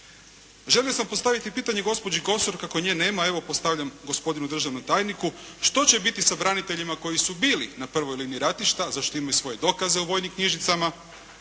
Želio sam postaviti pitanje gospođi Kosor, a kako nje nema evo postavljam gospodinu državnom tajniku što će biti sa braniteljima koji su bili na prvoj liniji ratišta, za što imaju i svoje dokaze u vojnim knjižicama,